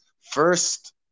first